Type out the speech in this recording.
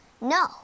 No